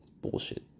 bullshit